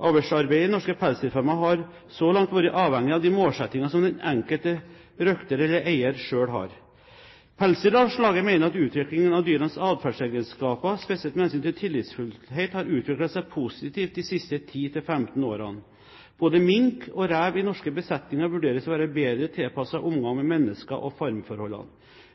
Avlsarbeidet i norske pelsdyrfarmer har så langt vært avhengig av de målsettingene som den enkelte røkter eller eier selv har. Pelsdyralslaget mener at utviklingen av dyrenes atferdsegenskaper, spesielt med hensyn til tillitsfullhet, har utviklet seg positivt de siste 10–15 årene. Både mink og rev i norske besetninger vurderes å være bedre tilpasset omgang med mennesker og farmforholdene.